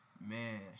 Man